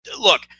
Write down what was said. Look